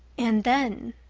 and then!